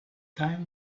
time